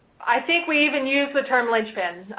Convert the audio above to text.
i think we even used the term lynch pin,